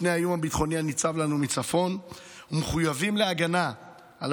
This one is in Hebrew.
מפני האיום הביטחוני הניצב לנו מצפון ומחויבים להגנה על